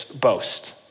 boast